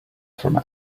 from